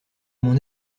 mon